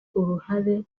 uruhare